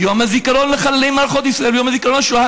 "יום הזיכרון לחללי מערכות ישראל ויום הזיכרון לשואה